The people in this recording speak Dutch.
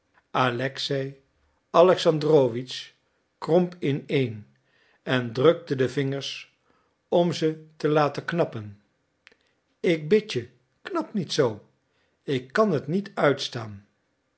alexei alexandrowitsch kromp ineen en drukte de vingers om ze te laten knappen ik bid je knap zoo niet ik kan het niet uitstaan